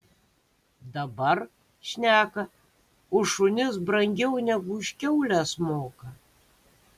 dabar šneka už šunis brangiau negu už kiaules moka